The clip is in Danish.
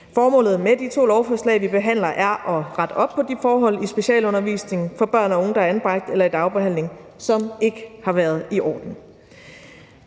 Formålet med de to lovforslag, vi behandler, er at rette op på de forhold i specialundervisningen for børn og unge, der er anbragt eller er i dagbehandling, som ikke har været i orden.